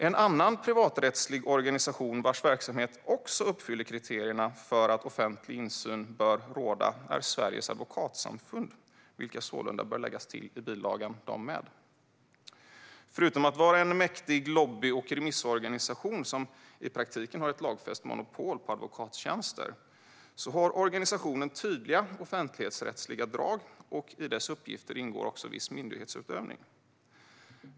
En annan privaträttslig organisation vars verksamhet också uppfyller kriterierna för att offentlig insyn bör råda är Sveriges advokatsamfund, som sålunda också bör läggas till i bilagan. Förutom att vara en mäktig lobby och remissorganisation, som i praktiken har ett lagfäst monopol på advokattjänster, har organisationen tydliga offentligrättsliga drag, och i dess uppgifter ingår viss myndighetsutövning.